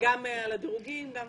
גם על הדירוגים.